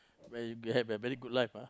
when you have a very good life ah